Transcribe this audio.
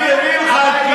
רק שנייה,